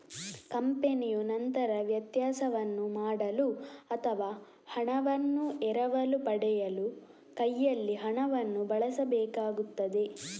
ಕಂಪನಿಯು ನಂತರ ವ್ಯತ್ಯಾಸವನ್ನು ಮಾಡಲು ಅಥವಾ ಹಣವನ್ನು ಎರವಲು ಪಡೆಯಲು ಕೈಯಲ್ಲಿ ಹಣವನ್ನು ಬಳಸಬೇಕಾಗುತ್ತದೆ